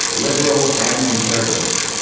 liberals and conservatives.